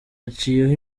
haciyeho